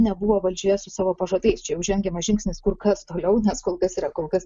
nebuvo valdžioje su savo pažadais čia jau žengiamas žingsnis kur kas toliau nes kol kas yra kol kas